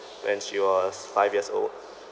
when she was five years old